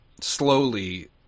slowly